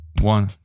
One